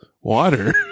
water